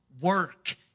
work